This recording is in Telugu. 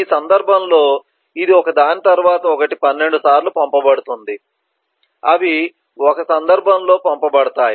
ఈ సందర్భంలో ఇది ఒకదాని తరువాత ఒకటి 12 సార్లు పంపబడుతుంది అవి ఒకే సందర్భంలో పంపబడతాయి